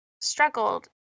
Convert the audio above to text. struggled